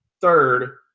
third